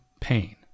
pain